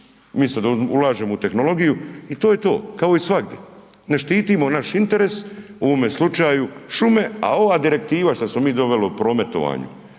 da ulaže u tehnologiju i to je to kao i svagdi, ne štitimo naš interes, u ovome slučaju šume, a ova direktiva što smo mi doveli u prometovanju,